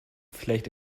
vielleicht